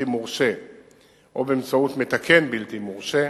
מורשה או באמצעות מתקן בלתי מורשה.